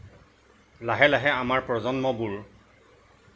লাহে লাহে আমাৰ প্ৰজন্মবোৰ